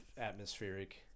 atmospheric